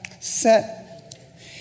set